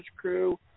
crew